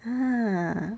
ah